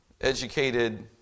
educated